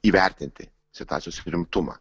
įvertinti situacijos rimtumą